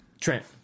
Trent